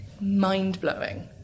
mind-blowing